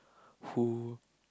who